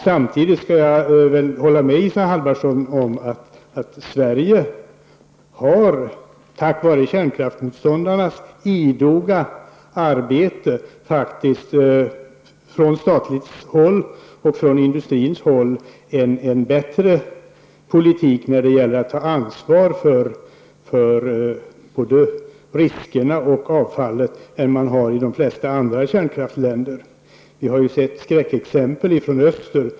Samtidigt kan jag hålla med Isa Halvarsson om att staten och industrin tack vare kärnkraftsmotståndarnas idoga arbete för en bättre politik än andra länder när det gäller att ta ansvar för både riskerna och avfallet. Vi har ju sett skräckexempel i öst.